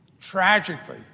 Tragically